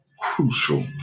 crucial